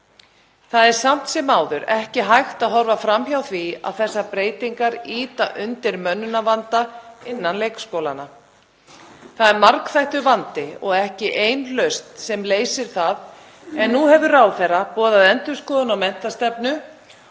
Það er samt sem áður ekki hægt að horfa fram hjá því að þessar breytingar ýta undir mönnunarvanda innan leikskólanna. Það er margþættur vandi og ekki ein lausn sem leysir það. En nú hefur ráðherra boðað endurskoðun á menntastefnu